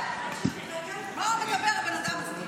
מה הוא מדבר, הבן אדם הזה.